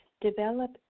develop